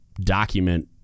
document